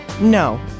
No